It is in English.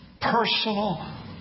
personal